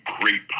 great